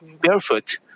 barefoot